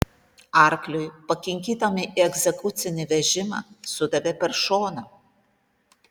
arkliui pakinkytam į egzekucinį vežimą sudavė per šoną